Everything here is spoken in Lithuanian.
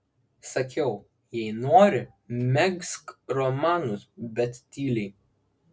sakiau jei nori megzk romanus bet tyliai